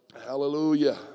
Hallelujah